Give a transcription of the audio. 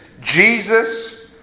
Jesus